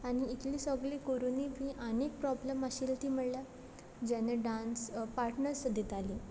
आनी इतल सगलें करुनी बी आनी एक प्रॉब्लम आशिल्लें ती म्हळ्ळ्या जेन्ना डांस पाटणर्स दितालीं